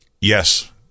Yes